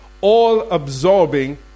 all-absorbing